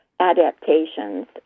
adaptations